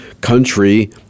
country